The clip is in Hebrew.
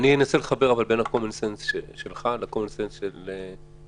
אני אנסה לחבר בין הקומון סנס שלך לקומון סנס של אוסאמה.